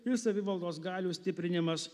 ir savivaldos galių stiprinimas